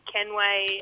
Kenway